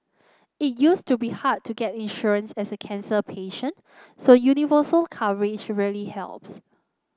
it used to be hard to get insurance as a cancer patient so universal coverage really helps